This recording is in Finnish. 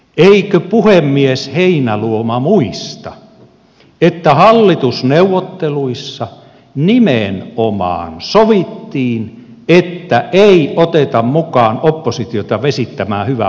eikö puhemies heinäluoma muista että hallitusneuvotteluissa nimenomaan sovittiin että ei oteta mukaan oppositiota vesittämään hyvää hanketta